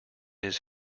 his